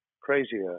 crazier